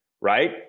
right